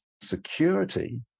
security